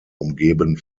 umgeben